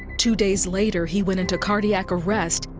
two days later, he went into cardiac arrest,